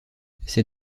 c’est